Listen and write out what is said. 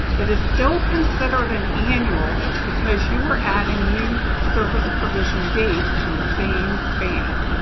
it is still considered an annual because you are adding new service provision dates in the same span.